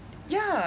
yeah